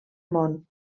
món